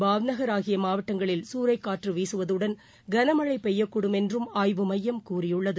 பாவ்நகர் ஆகியமாவட்டங்களில் சூறைக்காற்றுவீசுவதுடன் கனமழபெய்யக்கூடும் என்றும் ஆய்வு மையம் கூறியுள்ளது